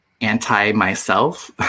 anti-myself